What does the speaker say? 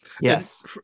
Yes